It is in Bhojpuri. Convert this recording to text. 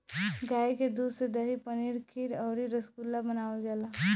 गाय के दूध से दही, पनीर खीर अउरी रसगुल्ला बनावल जाला